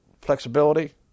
flexibility